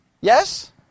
Yes